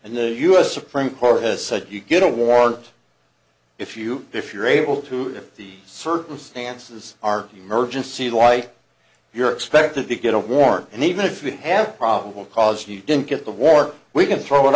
and the u s supreme court has said you get a warrant if you if you're able to if the circumstances are emergency like you're expected to get a warrant and even if you have probable cause you didn't get the war we're going to throw it